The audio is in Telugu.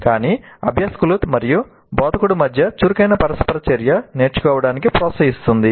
కానీ అభ్యాసకులు మరియు బోధకుడి మధ్య చురుకైన పరస్పర చర్య నేర్చుకోవడాన్ని ప్రోత్సహిస్తుంది